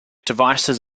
devices